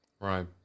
right